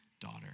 Daughter